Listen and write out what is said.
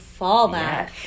fallback